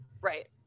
Right